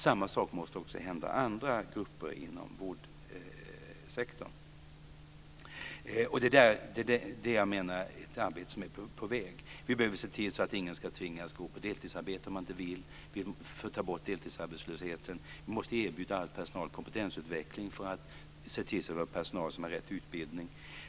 Samma sak måste också hända andra grupper inom vårdsektorn. Jag menar att det är ett arbete som är på väg. Vi behöver se till så att ingen tvingas deltidsarbeta om man inte vill. Vi får ta bort deltidsarbetslösheten. Vi måste erbjuda all personal kompetensutveckling för att se till att vi har en personal som har rätt utbildning.